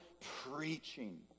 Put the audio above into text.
preaching